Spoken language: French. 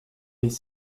les